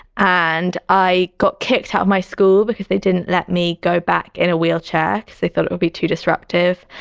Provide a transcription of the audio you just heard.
and i got kicked out of my school because they didn't let me go back in a wheelchair. cause they thought it would be too disruptive.